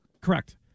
Correct